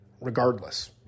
regardless